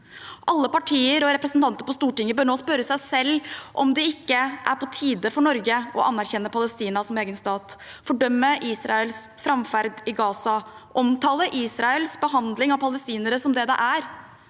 Alle partier og representanter på Stortinget bør nå spørre seg selv om det ikke er på tide at Norge anerkjenner Palestina som egen stat, fordømmer Israels framferd i Gaza, omtaler Israels behandling av palestinere som det det er